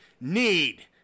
need